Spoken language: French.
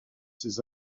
ses